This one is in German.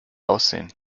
aussehen